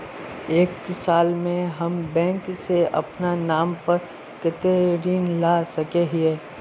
एक साल में हम बैंक से अपना नाम पर कते ऋण ला सके हिय?